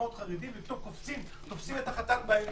ופתאום קופצים ותופסים את החתן באמצע.